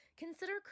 Consider